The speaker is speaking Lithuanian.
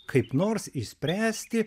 kaip nors išspręsti